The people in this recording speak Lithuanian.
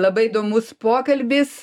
labai įdomus pokalbis